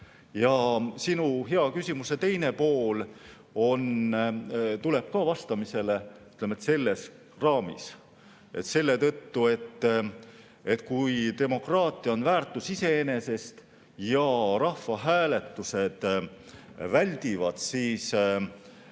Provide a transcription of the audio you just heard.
Ja sinu hea küsimuse teine pool tuleb ka vastamisele selles raamis, selle tõttu kui demokraatia on väärtus iseenesest ja rahvahääletused väldivad